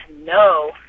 no